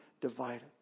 divided